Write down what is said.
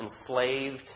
enslaved